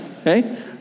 Okay